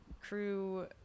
Crew